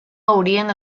haurien